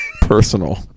personal